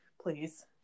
Please